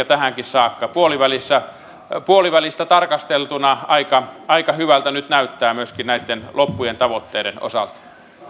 tähänkin saakka puolivälistä puolivälistä tarkasteltuna aika aika hyvältä nyt näyttää myöskin näitten loppujen tavoitteiden osalta